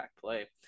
play